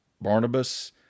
Barnabas